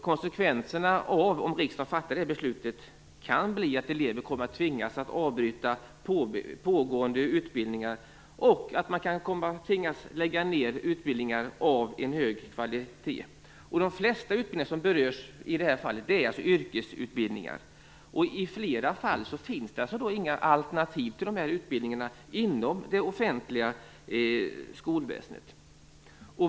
Konsekvenserna om riksdagen fattar det här beslutet kan bli att elever kommer att tvingas avbryta pågående utbildningar och att man kan komma att tvingas lägga ned utbildningar av hög kvalitet. De flesta utbildningar som berörs i det här fallet är alltså yrkesutbildningar. I flera fall finns det inga alternativ till dessa utbildningar inom det offentliga skolväsendet.